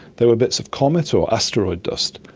they were bits of comet or asteroid dust.